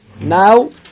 Now